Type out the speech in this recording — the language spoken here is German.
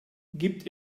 gibt